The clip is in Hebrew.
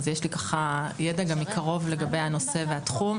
אז יש לי גם ידע מקרוב לגבי הנושא והתחום.